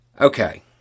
Okay